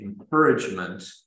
encouragement